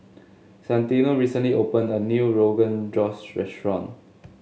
Santino recently opened a new Rogan Josh restaurant